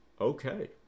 Okay